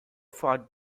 fought